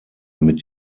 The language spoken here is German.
mit